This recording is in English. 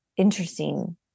interesting